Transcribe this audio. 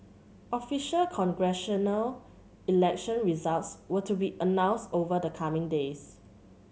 official congressional election results were to be announced over the coming days